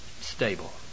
stable